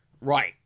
Right